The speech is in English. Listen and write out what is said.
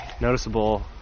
noticeable